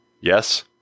Yes